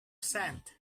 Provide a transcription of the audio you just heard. sent